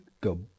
go